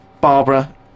Barbara